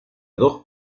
dos